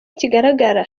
kigaragara